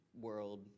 world